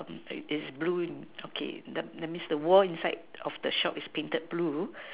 is blue okay that means the wall inside of the shop is painted blue